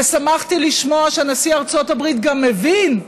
ושמחתי לשמוע שנשיא ארצות הברית גם מבין,